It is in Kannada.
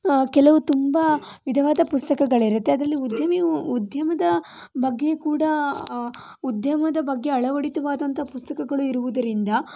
ಕೆಲವು ತುಂಬಾ ನಿಜವಾದ ಪುಸ್ತಕಗಳಿರುತ್ತೆ ಅದರಲ್ಲಿ ಉದ್ಯಮಿ ಉದ್ಯಮದ ಬಗ್ಗೆ ಕೂಡ ಉದ್ಯಮದ ಬಗ್ಗೆ ಅಳವಡಿತವಾದಂಥ ಪುಸ್ತಕಗಳು ಇರುವುದರಿಂದ